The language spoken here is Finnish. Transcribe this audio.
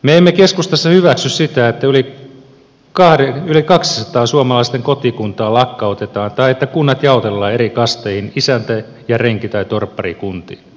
me emme keskustassa hyväksy sitä että yli kaksisataa suomalaisten kotikuntaa lakkautetaan tai että kunnat jaotellaan eri kasteihin isäntä ja renki tai torpparikuntiin